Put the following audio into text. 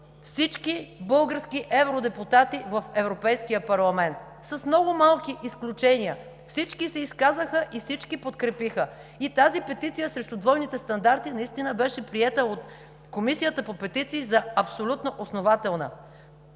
всички български евродепутати в Европейския парламент, с много малки изключения, всички се изказаха и всички подкрепиха. Тази петиция срещу двойните стандарти беше приета от Комисията по петиции за абсолютно основателна.